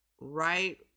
right